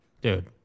dude